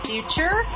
Future